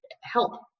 help